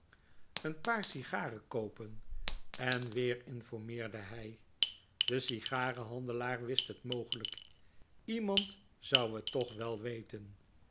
n paar sigaren koopen en weer informeerde hij de sigarenhandelaar wist t mogelijk iemand zou t toch wel weten